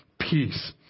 peace